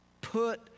Put